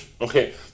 okay